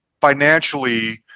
financially